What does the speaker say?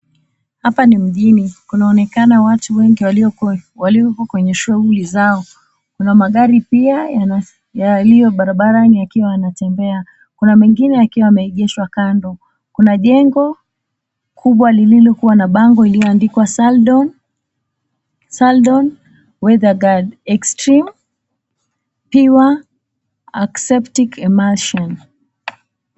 Hapa ni mjini kunaonekana watu wengi walioko kwenye shughuli zao, kuna magari pia yaliyo barabarani yakiwa yanatembea, kuna mengine yakiwa yameegeshwa kando, kuna jengo kubwa lililokua na bango lililoandikwa Sandone Weather Guard Extreme Pure Acceptic Emersion.